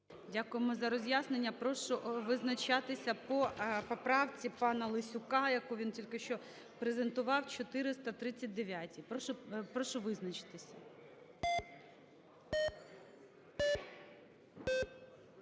Дякуємо за роз'яснення. Прошу визначатися по поправці пана Лесюка, яку він тільки що презентував, 439-й. Прошу визначитися.